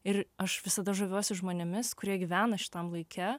ir aš visada žaviuosi žmonėmis kurie gyvena šitam laike